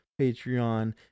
Patreon